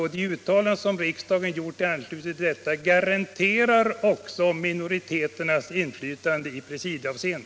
De uttalanden som riksdagen gjort i anslutning till detta garanterar minoriteternas inflytande också i presidieavseende.